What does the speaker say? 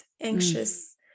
anxious